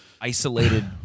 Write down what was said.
isolated